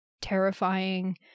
terrifying